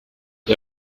wer